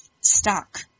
stuck